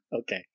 Okay